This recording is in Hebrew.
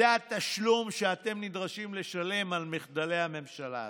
זה התשלום שאתם נדרשים לשלם על מחדלי הממשלה הזאת.